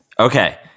Okay